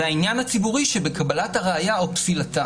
ואני חושב שמה שיש לפנינו הוא איזה שהוא מהלך ביניים מבורך.